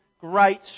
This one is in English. great